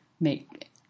Make